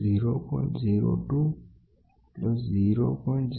334 Poisson ગુણોત્તરપ્લસ 1 1પ્લસ 0